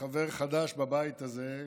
כחבר חדש בבית הזה,